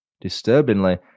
Disturbingly